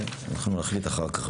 ועמדנו ובאנו לקבל נזיפות כאן